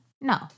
No